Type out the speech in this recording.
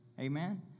Amen